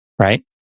right